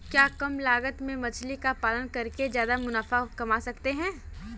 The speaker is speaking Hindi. क्या कम लागत में मछली का पालन करके ज्यादा मुनाफा कमा सकते हैं?